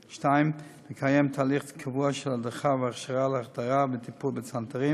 2. לקיים תהליך קבוע של הדרכה והכשרה להחדרה וטיפול בצנתרים,